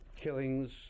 killings